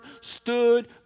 stood